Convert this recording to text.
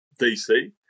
DC